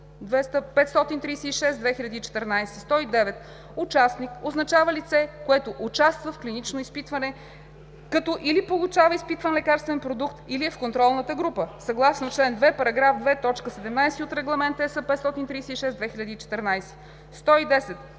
„Участник“ означава лице, което участва в клинично изпитване, като или получава изпитван лекарствен продукт, или е в контролна група съгласно чл. 2, параграф 2, точка 17 от Регламент (ЕС) № 536/2014. 110.